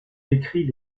décrit